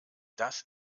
das